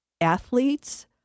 athletes